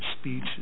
speech